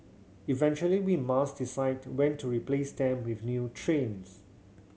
eventually we must decide when to replace them with new trains